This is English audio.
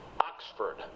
Oxford